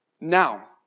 Now